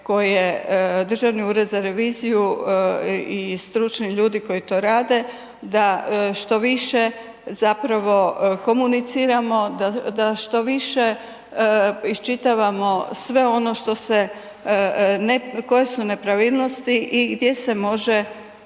koje Državni ured za reviziju i stručni ljudi koji to rade, da što više zapravo komuniciramo, da što više iščitavamo sve ono koje su nepravilnosti i gdje se može